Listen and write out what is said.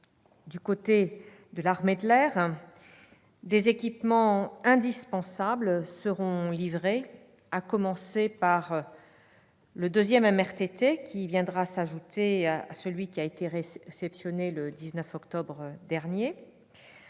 Du côté de l'armée de l'air, des équipements indispensables seront livrés, à commencer par le deuxième MRTT, qui viendra s'ajouter à celui qui a été réceptionné le 19 octobre dernier,